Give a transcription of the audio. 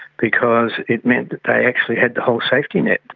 because it meant that they actually had the whole safety net.